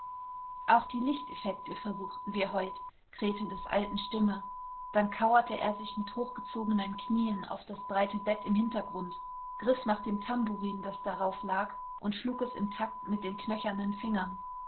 auch die lichteffekte versuchten wir heut krähte des alten stimme dann kauerte er sich mit hochgezogenen knien auf das breite bett im hintergrund griff nach dem tamburin das darauf lag und schlug es im takt mit den knöchernen fingern